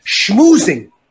schmoozing